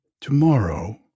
Tomorrow